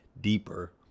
deeper